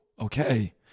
okay